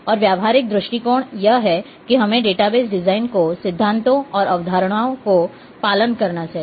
और व्यावहारिक दृष्टिकोण यह है कि हमें डेटाबेस डिजाइन के सिद्धांतों और अवधारणाओं का पालन करना चाहिए